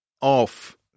off